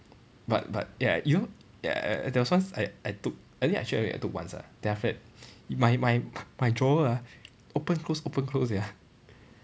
but but ya you know uh there was once I I took I think I shared with you I took once ah then after that my my my drawer ah open close open close sia